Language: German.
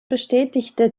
bestätigte